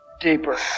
Deeper